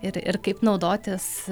ir ir kaip naudotis